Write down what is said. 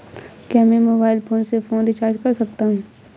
क्या मैं mobile phone से फोन रिचार्ज कर सकता हूं?